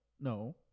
no